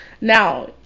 Now